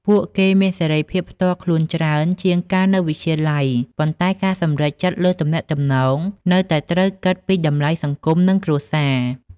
ពួកគេមានសេរីភាពផ្ទាល់ខ្លួនច្រើនជាងកាលនៅវិទ្យាល័យ ប៉ុន្តែការសម្រេចចិត្តលើទំនាក់ទំនងនៅតែត្រូវគិតពីតម្លៃសង្គមនិងគ្រួសារ។